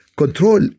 control